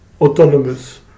autonomous